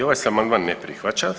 I ovaj se amandman ne prihvaća.